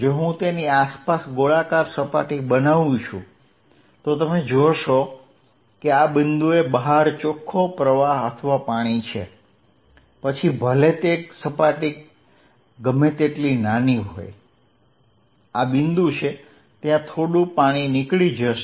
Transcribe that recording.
જો હું તેની આસપાસ ગોળાકાર સપાટી બનાવું છું તો તમે જોશો કે આ બિંદુએ બહાર ચોખ્ખો પ્રવાહ અથવા પાણી છે પછી ભલે તે સપાટી ગમે તેટલી નાની હોય આ બિંદુ છે ત્યાં થોડું પાણી નીકળી જશે